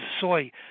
soy